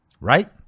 Right